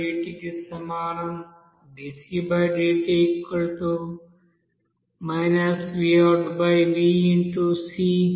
అది dcdt కి సమానం dcdt